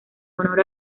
honor